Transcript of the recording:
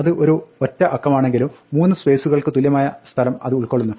അത് ഒരു ഒറ്റ അക്കമാണെങ്കിലും മൂന്ന് സ്പേസുകൾക്ക് തുല്യമായ സ്ഥലം അത് ഉൾക്കൊള്ളുന്നു